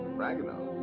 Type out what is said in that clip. ragueneau?